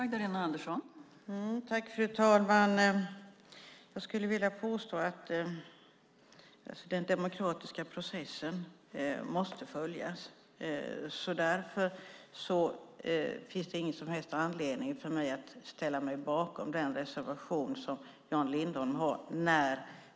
Fru talman! Jag skulle vilja påstå att den demokratiska processen måste följas. Därför finns det ingen som helst anledning för mig att ställa mig bakom den reservation som Jan Lindholm har lämnat.